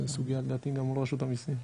לדעתי, הסוגייה היא גם מול רשות המיסים.